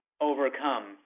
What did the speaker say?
overcome